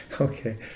Okay